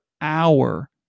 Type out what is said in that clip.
hour